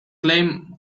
claim